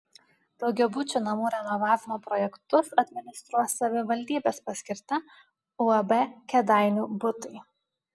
daugiabučių namų renovavimo projektus administruos savivaldybės paskirta uab kėdainių butai